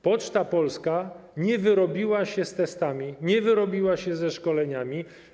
Poczta Polska nie wyrobiła się z testami, nie wyrobiła się ze szkoleniami.